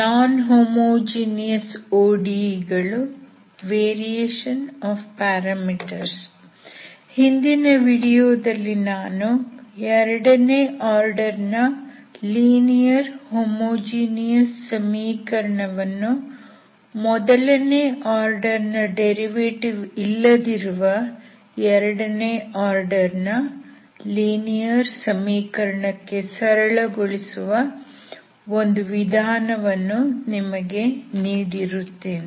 ನಾನ್ homogeneous ODE ಗಳು variation of parameters ಹಿಂದಿನ ವಿಡಿಯೋದಲ್ಲಿ ನಾನು ಎರಡನೇ ಆರ್ಡರ್ ನ ಲೀನಿಯರ್ ಹೋಮೋಜೀನಿಯಸ್ ಸಮೀಕರಣ ವನ್ನು ಮೊದಲನೇ ಆರ್ಡರ್ ನ ಡೆರಿವೆಟಿವ್ ಇಲ್ಲದಿರುವ ಎರಡನೇ ಆರ್ಡರ್ ಲೀನಿಯರ್ ಸಮೀಕರಣಕ್ಕೆ ಸರಳಗೊಳಿಸುವ ಒಂದು ವಿಧಾನವನ್ನು ನಿಮಗೆ ನೀಡಿರುತ್ತೇನೆ